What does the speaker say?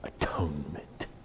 atonement